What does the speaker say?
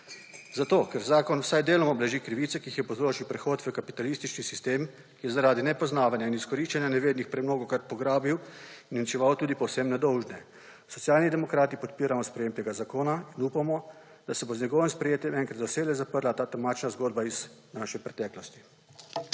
Zato ker zakon vsaj deloma blaži krivice, ki jih je povzročil prihod v kapitalistični sistem, ki je zaradi nepoznavanja in izkoriščanja nevednih premnogokrat pograbil in uničeval tudi povsem nedolžne, Socialni demokrati podpiramo sprejetje tega zakona in upamo, da se bo z njegovim sprejetjem enkrat za vselej zaprla ta temačna zgodba iz naše preteklosti.